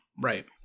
right